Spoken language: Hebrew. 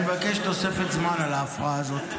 אני מבקש תוספת זמן על ההפרעה הזאת.